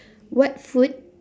what food